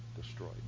destroyed